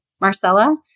Marcella